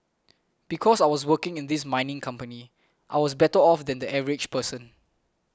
because I was working in this mining company I was better off than the average person